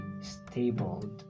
stable